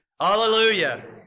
Hallelujah